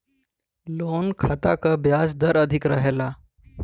loan खाता क ब्याज दर अधिक रहला